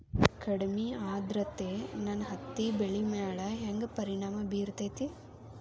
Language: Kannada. ಕಡಮಿ ಆದ್ರತೆ ನನ್ನ ಹತ್ತಿ ಬೆಳಿ ಮ್ಯಾಲ್ ಹೆಂಗ್ ಪರಿಣಾಮ ಬಿರತೇತಿ?